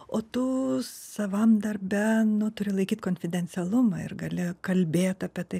o tu savam darbe nu turi laikyt konfidencialumą ir gali kalbėt apie tai